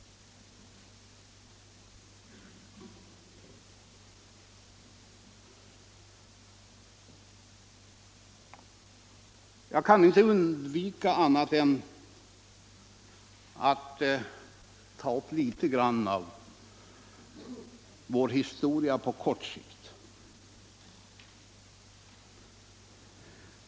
Jag kan inte underlåta att även ta upp något litet av vår historia under senare tid.